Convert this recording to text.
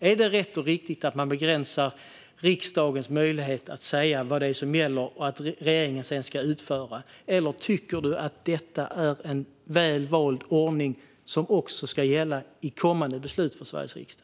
Är det rätt och riktigt att man begränsar riksdagens möjlighet att säga vad det är som gäller och att regeringen sedan ska utföra det, eller tycker ledamoten att detta är en väl vald ordning som också ska gälla i kommande beslut i Sveriges riksdag?